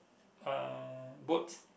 uh boats